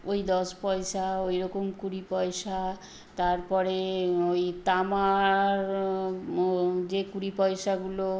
ওই দশ পয়সা ওই রকম কুড়ি পয়সা তারপরে ওই তামার ও যে কুড়ি পয়সাগুলো